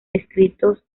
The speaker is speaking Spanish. escritos